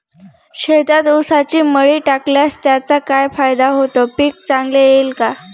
शेतात ऊसाची मळी टाकल्यास त्याचा काय फायदा होतो, पीक चांगले येईल का?